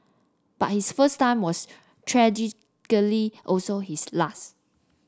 but his first time was tragically also his last